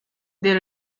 they